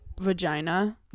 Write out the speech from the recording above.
vagina